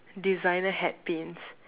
designer hat pins